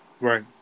Right